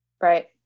Right